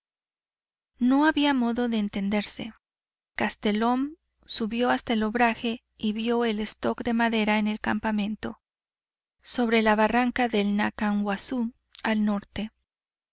no había modo de entenderse castelhum subió hasta el obraje y vió el stock de madera en el campamento sobre la barranca del ñacanguazú al norte